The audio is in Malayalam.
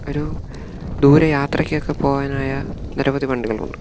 ഒരു ദൂരെ യാത്രയ്ക്കൊക്കെ പോവാനായ നിരവധി വണ്ടികളുണ്ട്